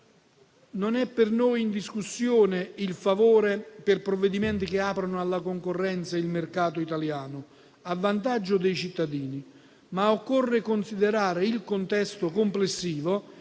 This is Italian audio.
Non è per noi in discussione il favore per provvedimenti che aprano alla concorrenza il mercato italiano a vantaggio dei cittadini, ma occorre considerare il contesto complessivo